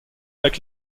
avec